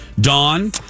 Dawn